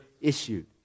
issued